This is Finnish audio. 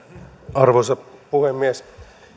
arvoisa puhemies